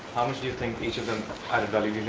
how much do you think each of them added value,